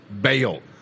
bail